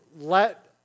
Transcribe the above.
let